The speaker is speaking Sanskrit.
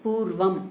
पूर्वम्